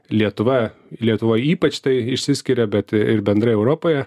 lietuva lietuvoj ypač tai išsiskiria bet ir bendrai europoje